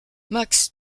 max